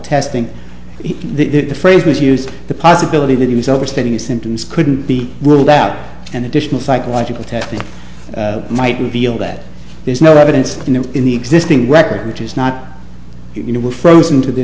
testing the phrase was used the possibility that he was overstating the symptoms couldn't be ruled out and additional psychological testing might reveal that there is no evidence in the existing record which is not you know were frozen to the